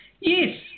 Yes